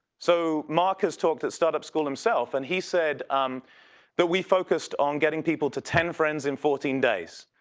so marcus talked at startup school himself and he said um that we focused on getting people to ten friends in fourteen days.